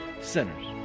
sinners